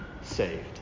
saved